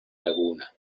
laguna